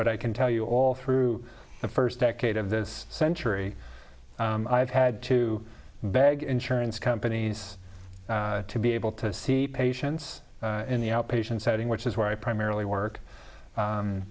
but i can tell you all through the first decade of this century i've had to beg insurance companies to be able to see patients in the outpatient setting which is where i primarily work